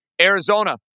Arizona